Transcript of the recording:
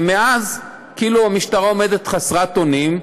ואז המשטרה עומדת חסרת אונים.